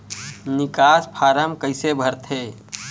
निकास फारम कइसे भरथे?